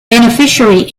beneficiary